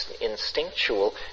instinctual